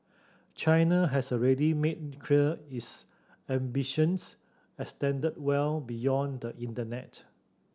China has already made clear its ambitions extend well beyond the internet